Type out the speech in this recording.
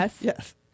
Yes